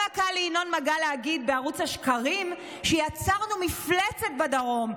בערוץ השקרים שיצרנו מפלצת בדרום,